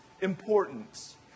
importance